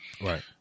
right